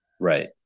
Right